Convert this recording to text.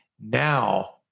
now